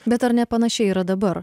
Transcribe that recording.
bet ar ne panašiai yra dabar